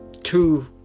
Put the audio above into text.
two